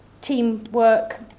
teamwork